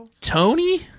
Tony